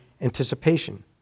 anticipation